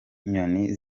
nyoni